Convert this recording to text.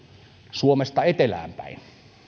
suomesta etelään päin